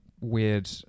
weird